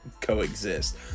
coexist